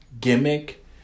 gimmick